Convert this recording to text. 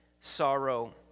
sorrow